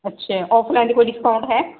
ਅੱਛਾ ਔਫਲਾਈਨ ਤੇ ਕੋਈ ਡਿਸਕਾਊਂਟ ਹੈ